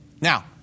Now